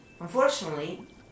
unfortunately